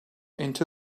into